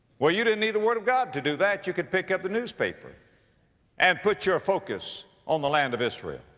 well, you didn't need the word of god to do that. you could pick up the newspaper and put your focus on the land of israel.